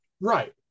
Right